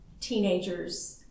teenagers